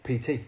PT